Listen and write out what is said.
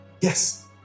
yes